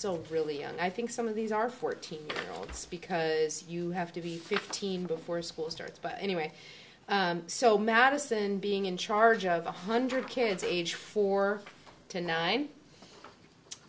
still really and i think some of these are fourteen year olds because you have to be fifteen before school starts but anyway so madison being in charge of a hundred kids age four to nine